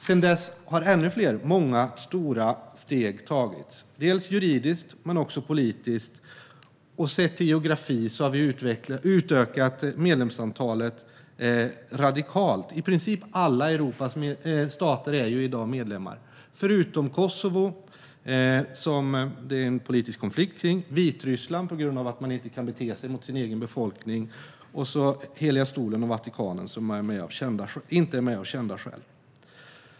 Sedan dess har många stora steg tagits, både juridiskt och politiskt, och sett till geografi har vi utökat medlemsantalet radikalt - i princip alla Europas stater är i dag medlemmar. Undantagen är Kosovo, som det finns en politisk konflikt kring, Vitryssland, på grund av att landet inte kan bete sig mot sin egen befolkning, samt Heliga stolen/Vatikanstaten, som av kända skäl inte är med.